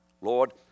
Lord